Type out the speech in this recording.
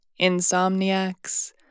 Insomniacs